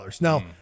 Now